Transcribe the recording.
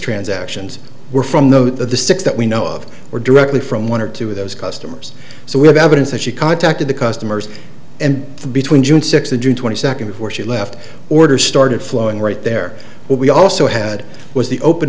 transactions were from the the six that we know of were directly from one or two of those customers so we have evidence that she contacted the customers and between june sixth of june twenty second before she left orders started flowing right there we also had was the open